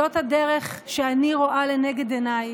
זאת הדרך שאני רואה לנגד עיניי,